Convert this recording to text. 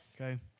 Okay